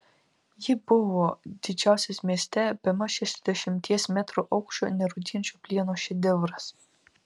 ji buvo didžiausias mieste bemaž šešiasdešimties metrų aukščio nerūdijančio plieno šedevras